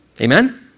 Amen